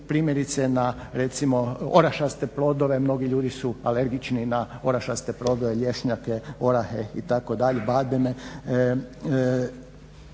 primjerice na recimo orašaste plodove, mnogi ljudi su alergični na orašaste plodove, lješnjake, orahe itd., bademe.